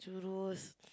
churros